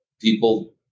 people